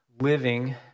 living